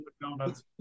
donuts